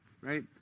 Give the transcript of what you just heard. Right